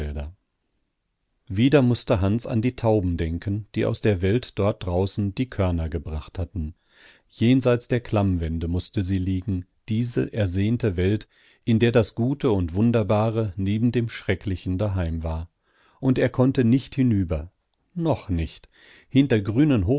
wieder mußte hans an die tauben denken die aus der welt dort draußen die körner gebracht hatten jenseits der klammwände mußte sie liegen diese ersehnte welt in der das gute und wunderbare neben dem schrecklichen daheim war und er konnte nicht hinüber noch nicht hinter grünen